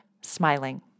smiling